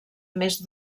més